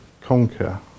conquer